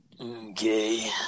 Okay